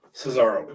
cesaro